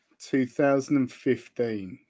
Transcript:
2015